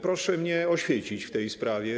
Proszę mnie oświecić w tej sprawie.